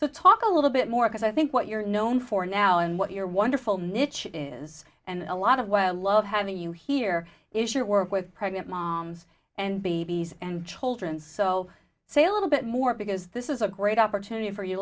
so talk a little bit more because i think what you're known for now and what your wonderful niche is and a lot of what i love having you here is your work with pregnant moms and babies and children so say a little bit more because this is a great opportunity for you